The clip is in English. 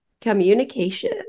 communication